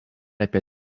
apie